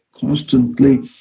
constantly